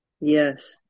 Yes